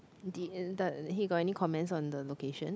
the in the he got any comments on the location